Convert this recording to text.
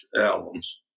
albums